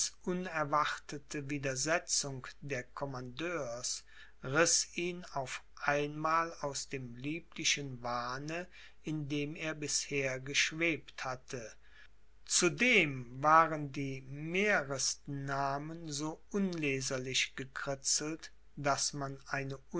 unerwartete widersetzung der commandeurs riß ihn auf einmal aus dem lieblichen wahne in dem er bisher geschwebt hatte zudem waren die mehresten namen so unleserlich gekritzelt daß man eine